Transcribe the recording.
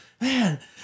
man